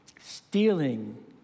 stealing